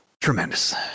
Tremendous